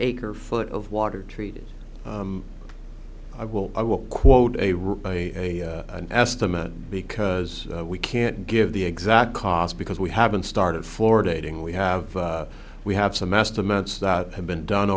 acre foot of water treated i will i will quote a route by an estimate because we can't give the exact cost because we haven't started for dating we have we have some estimates that have been done